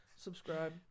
Subscribe